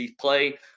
play